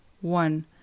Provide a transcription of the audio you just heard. one